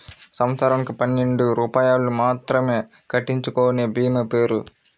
సంవత్సరంకు పన్నెండు రూపాయలు మాత్రమే కట్టించుకొనే భీమా పేరు?